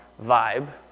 vibe